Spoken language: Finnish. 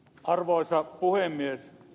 arvoisa puhemies